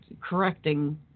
correcting